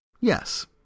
Yes